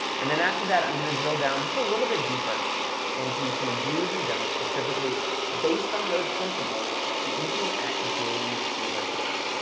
and then after that, i'm going to drill down just a little bit deeper into some do's and don'ts, specifically based on those principles, but looking at games in particular.